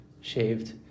shaved